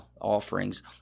offerings